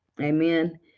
amen